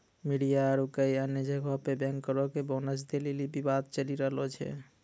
media आरु कई अन्य जगहो पे बैंकरो के बोनस दै लेली विवाद चलि रहलो छै